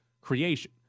creation